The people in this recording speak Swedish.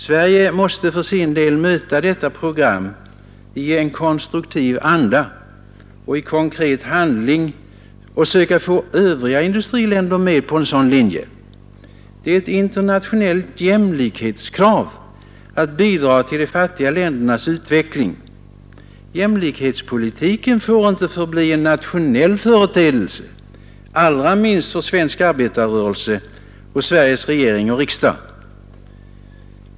Sverige måste för sin del möta detta program i en konstruktiv anda och i konkret handling och söka få övriga industriländer med på en sådan linje. Det är ett internationellt jämlikhetskrav att industriländerna skall bidra till de fattiga ländernas utveckling. Jämlikhetspolitiken får inte förbli en nationell företeelse, allra minst för svensk arbetarrörelse och Sveriges regering och riksdag.